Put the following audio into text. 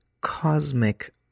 cosmic